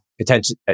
attention